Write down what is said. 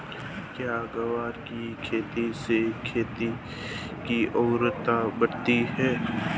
क्या ग्वार की खेती से खेत की ओर उर्वरकता बढ़ती है?